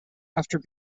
after